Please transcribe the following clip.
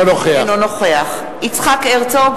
נוכח יצחק הרצוג,